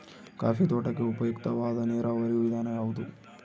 Coffee ತೋಟಕ್ಕೆ ಉಪಯುಕ್ತವಾದ ನೇರಾವರಿ ವಿಧಾನ ಯಾವುದು?